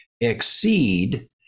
exceed